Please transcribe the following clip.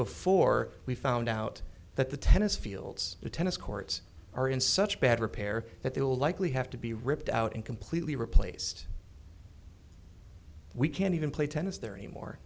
before we found out that the tennis fields the tennis courts are in such bad repair that they will likely have to be ripped out and completely replaced we can't even play tennis there anymore